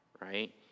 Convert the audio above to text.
right